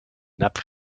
nappes